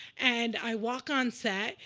and i walk on set,